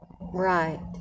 Right